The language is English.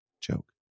joke